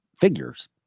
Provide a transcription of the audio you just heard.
figures